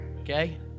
Okay